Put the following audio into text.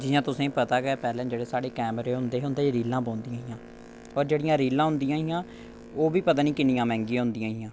जि'यां तुसेंगी पता गै पैह्लै जेह्ड़े कैमरे होंदे हे उं'दे च रीलां पौंदियां हियां पर जेह्ड़ियां रीलां होंदियां हियां ओह् बी पता निं किन्नियां मैंह्गियां होंदियां हियां